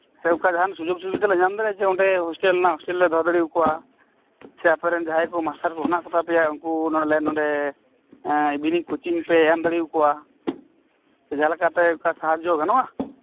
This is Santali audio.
ᱥᱮ ᱚᱱᱠᱟᱱ ᱡᱟᱦᱟᱱ ᱥᱩᱡᱚᱜ ᱥᱩᱵᱤᱫᱷᱟᱞᱮ ᱧᱟᱢ ᱫᱟᱲᱤᱭᱟᱜ ᱟ ᱡᱮ ᱚᱸᱰᱮ ᱦᱚᱥᱴᱮᱞ ᱨᱮᱞᱮ ᱫᱚᱦᱚ ᱫᱟᱲᱮᱭᱟᱠᱩᱣᱟ ᱥᱮ ᱟᱯᱮᱨᱮᱱ ᱡᱟᱦᱟᱸᱭ ᱠᱚ ᱢᱟᱥᱴᱟᱨ ᱠᱚ ᱦᱮᱱᱟᱜ ᱠᱩᱛᱟᱯᱮᱭᱟ ᱩᱱᱠᱩ ᱟᱞᱮ ᱱᱚᱰᱮ ᱤᱵᱷᱤᱱᱤᱝ ᱠᱚᱪᱤᱝᱯᱮ ᱮᱢᱫᱟᱲᱮᱭᱟᱠᱩᱣᱟ ᱥᱮ ᱡᱟᱦᱟᱸ ᱞᱮᱠᱟᱛᱮ ᱥᱟᱦᱟᱡᱚ ᱜᱟᱱᱚᱜ ᱟ